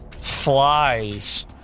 flies